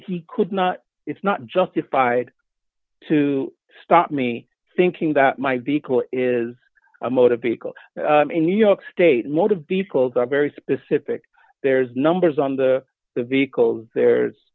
he could not it's not justified to stop me thinking that my vehicle is a motor vehicle in new york state motor vehicles are very specific there's numbers on the the vehicle there's